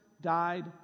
died